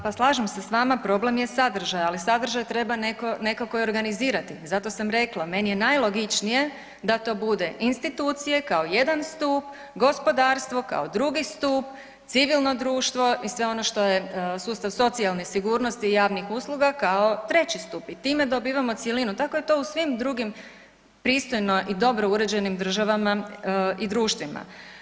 Pa slažem se s vama problem je sadržaja, ali sadržaj treba nekako i organizirati, zato sam rekla meni je najlogičnije da to bude institucije kao jedan stup, gospodarstvo kao drugi stup, civilno društvo i sve ono što je sustav socijalne sigurnosti i javnih usluga kao treći stup i time dobivamo cjelinu, tako je to u svim drugim pristojno i dobro uređenim državama i društvima.